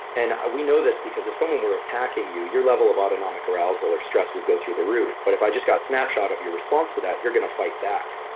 and we know this because if someone were attacking you, your level of autonomic arousal or stress would go through the roof. but if i just got a snapshot of your response to that you're going to fight back.